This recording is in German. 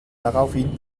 daraufhin